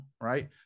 right